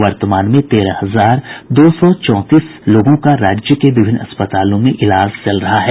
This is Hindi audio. वर्तमान में तेरह हजार दो सौ चौंतीस लोगों का राज्य के विभिन्न अस्पतालों में इलाज चल रहा है